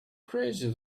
crazy